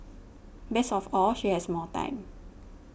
best of all she has more time